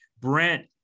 Brent